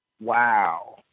wow